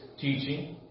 teaching